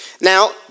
Now